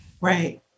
right